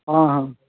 आं हा